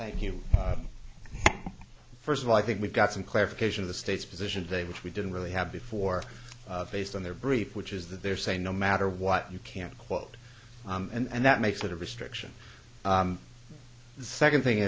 thank you first of all i think we've got some clarification of the state's position they which we didn't really have before based on their brief which is that they're saying no matter what you can't quote and that makes it a restriction the second thing